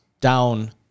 down